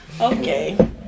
Okay